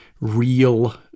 real